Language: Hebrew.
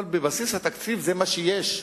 אבל בבסיס התקציב זה מה שיש,